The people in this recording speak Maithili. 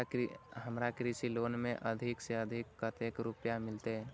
हमरा कृषि लोन में अधिक से अधिक कतेक रुपया मिलते?